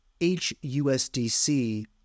HUSDC